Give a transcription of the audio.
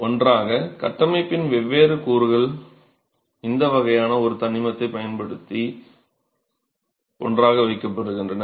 ஒன்றாக கட்டமைப்பின் வெவ்வேறு கூறுகள் இந்த வகையான ஒரு தனிமத்தைப் பயன்படுத்தி ஒன்றாக வைக்கப்படுகின்றன